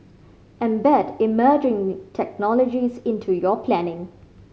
embed emerging technologies into your planning